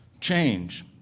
change